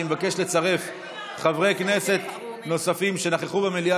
אני מבקש לצרף חברי כנסת שנכחו במליאה